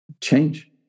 change